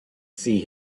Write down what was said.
see